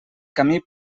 camí